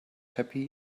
happy